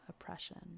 oppression